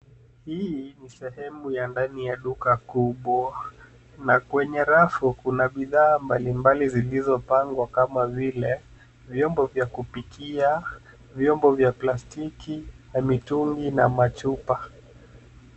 Hii ni sehemu ya ndani ya duka kubwa na kwenye rafu kuna bidhaa mbalimbali zilizopangwa kama vile vyombo vya kupikia , vyombo vya plastiki na mitungi na machupa.